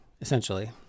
essentially